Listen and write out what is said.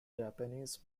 japanese